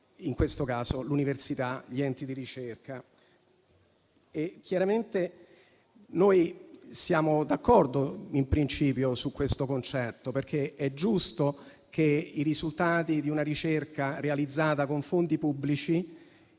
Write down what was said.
in questo caso l'università o gli enti di ricerca. Chiaramente noi siamo d'accordo in principio su questo concetto, perché è giusto che i risultati di una ricerca realizzata con fondi pubblici